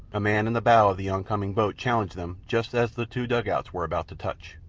a man in the bow of the oncoming boat challenged them just as the two dugouts were about to touch.